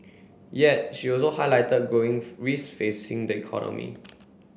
yet she also highlighted growing risks facing the economy